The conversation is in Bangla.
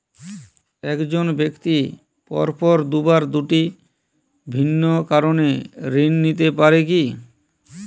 এক জন ব্যক্তি পরপর দুবার দুটি ভিন্ন কারণে ঋণ নিতে পারে কী?